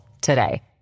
today